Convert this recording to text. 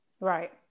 Right